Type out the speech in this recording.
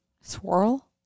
swirl